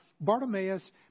Bartimaeus